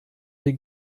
den